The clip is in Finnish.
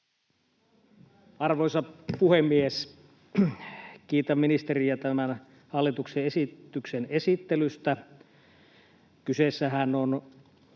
Arvoisa puhemies! Kiitän ministeriä tämän hallituksen esityksen esittelystä.